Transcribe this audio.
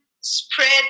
spread